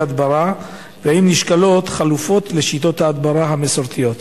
ההדברה והאם נשקלות חלופות לשיטות ההדברה המסורתיות?